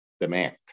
demand